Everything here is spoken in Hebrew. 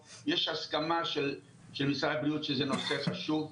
היום ה-28.12.2921 למניינם, כ"ד בטבת התשפ"ב.